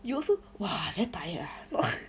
you also !wah! very tired ah